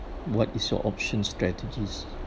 what is your options strategies